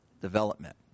development